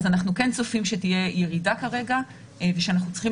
אז אנחנו כן צופים שתהיה ירידה כרגע ושאנחנו צריכים